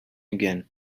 again